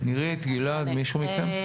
נירית, גלעד, מישהו מכם.